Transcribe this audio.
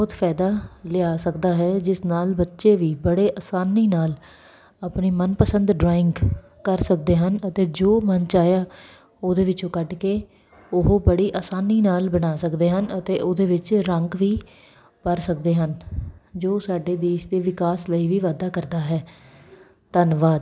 ਬਹੁਤ ਫ਼ਾਇਦਾ ਲਿਆ ਸਕਦਾ ਹੈ ਜਿਸ ਨਾਲ ਬੱਚੇ ਵੀ ਬੜੇ ਆਸਾਨੀ ਨਾਲ ਆਪਣੇ ਮਨਪਸੰਦ ਡਰਾਇੰਗ ਕਰ ਸਕਦੇ ਹਨ ਅਤੇ ਜੋ ਮਨ ਚਾਹਿਆ ਉਹਦੇ ਵਿੱਚੋਂ ਕੱਢ ਕੇ ਉਹ ਬੜੀ ਆਸਾਨੀ ਨਾਲ ਬਣਾ ਸਕਦੇ ਹਨ ਅਤੇ ਉਹਦੇ ਵਿੱਚ ਰੰਗ ਵੀ ਭਰ ਸਕਦੇ ਹਨ ਜੋ ਸਾਡੇ ਦੇਸ਼ ਦੇ ਵਿਕਾਸ ਲਈ ਵੀ ਵਾਧਾ ਕਰਦਾ ਹੈ ਧੰਨਵਾਦ